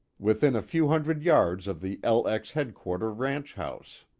within a few hundred yards of the lx headquarter ranch house.